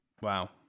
Wow